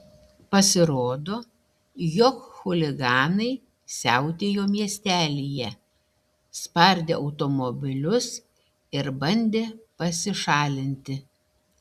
pasirodo jog chuliganai siautėjo miestelyje spardė automobilius ir bandė pasišalinti